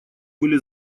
были